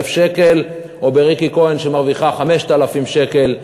שקלים או בריקי כהן שמרוויחה 5,000 שקלים,